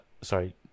sorry